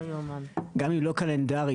גם אם לא קלנדרי,